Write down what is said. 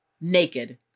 naked